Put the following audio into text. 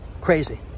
crazy